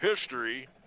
History